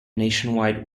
nationwide